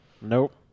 nope